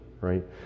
right